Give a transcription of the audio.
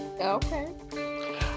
Okay